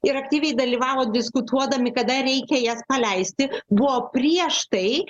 ir aktyviai dalyvavo diskutuodami kada reikia jas paleisti buvo prieš tai